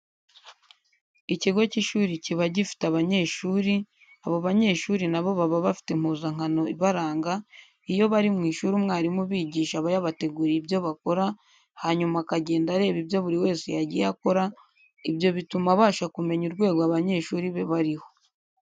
Ikigo cy'ishuri kiba gifite abanyeshuri, abo banyeshuri na bo baba bafite impuzankano ibaranga, iyo bari mu ishuri umwarimu ubigisha aba yabateguriye ibyo bakora, hanyuma akagenda areba ibyo buri wese yagiye akora, ibyo bituma abasha kumenya urwego abanyeshuri be bariho.